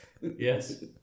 Yes